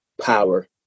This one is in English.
power